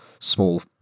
small